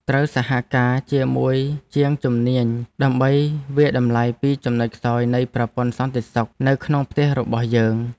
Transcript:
ត្រូវសហការជាមួយជាងជំនាញដើម្បីវាយតម្លៃពីចំណុចខ្សោយនៃប្រព័ន្ធសន្តិសុខនៅក្នុងផ្ទះរបស់យើង។